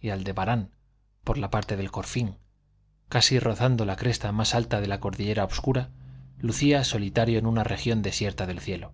y aldebarán por la parte del corfín casi rozando la cresta más alta de la cordillera obscura lucía solitario en una región desierta del cielo